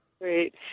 Great